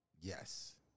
Yes